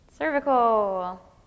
Cervical